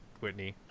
Whitney